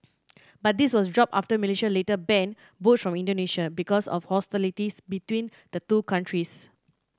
but this was dropped after Malaysia later banned boats from Indonesia because of hostilities between the two countries